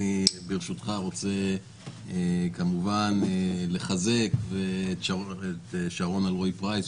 אני ברשותך רוצה כמובן לחזק את שרון אלרעי פרייס,